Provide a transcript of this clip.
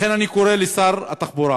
לכן, אני קורא לשר התחבורה